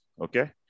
Okay